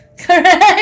correct